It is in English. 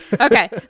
Okay